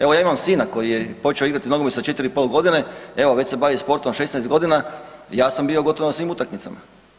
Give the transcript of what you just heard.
Evo, ja imam sina koji je počeo igrati nogomet sa 4,5 godine, evo, već se bavi sportom 16 godina, ja sam bio gotovo na svim utakmicama.